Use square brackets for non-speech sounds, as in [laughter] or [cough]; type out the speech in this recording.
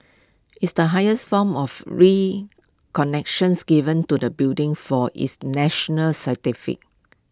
it's the highest form of [unintelligible] connections given to the building for its national [unintelligible]